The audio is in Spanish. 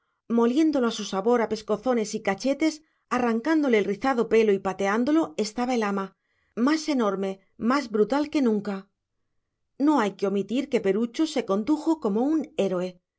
a su sabor a pescozones y cachetes arrancándole el rizado pelo y pateándolo estaba el ama más enorme más brutal que nunca no hay que omitir que perucho se condujo como un héroe